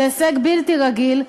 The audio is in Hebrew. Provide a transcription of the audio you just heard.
זה הישג בלתי רגיל.